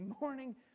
morning